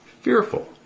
fearful